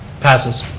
passes.